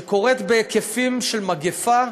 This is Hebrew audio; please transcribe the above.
שקורית בהיקפים של מגפה,